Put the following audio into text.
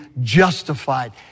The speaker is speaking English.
justified